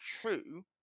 true